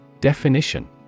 Definition